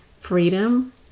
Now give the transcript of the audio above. freedom